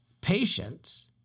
patience